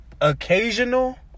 occasional